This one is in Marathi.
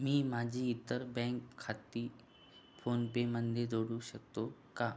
मी माझी इतर बँक खाती फोनपेमध्ये जोडू शकतो का